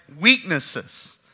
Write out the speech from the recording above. weaknesses